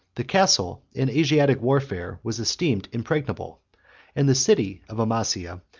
the castle, in asiatic warfare, was esteemed impregnable and the city of amasia,